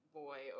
boy